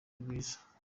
rwiza